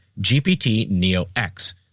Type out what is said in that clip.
GPT-NEO-X